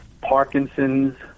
Parkinson's